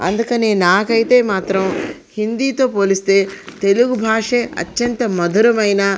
అందుకని నాకైతే మాత్రం హిందీతో పోలిస్తే తెలుగు భాషే అత్యంత మధురమైన